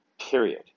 period